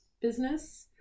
business